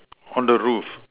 hollowed roof